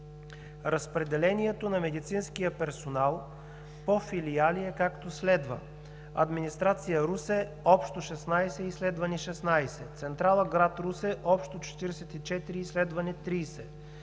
Разпределението на медицинския персонал по филиали е, както следва: от администрация, Русе – общо 16, изследвани – 16; Централа, град Русе – общо 44, изследвани 30;